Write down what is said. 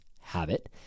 habit